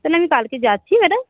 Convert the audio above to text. তাহলে আমি কালকে যাচ্ছি ম্যাডাম